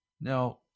Now